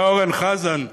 ואורן חזן,